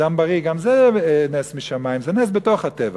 אדם בריא, גם זה נס משמים, זה נס בתוך הטבע.